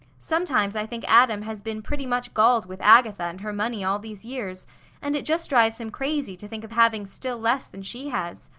sometimes i think adam has been pretty much galled with agatha and her money all these years and it just drives him crazy to think of having still less than she has.